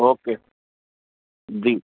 okay जी